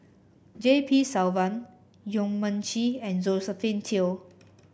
J P Selvam Yong Mun Chee and Josephine Teo